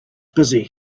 busy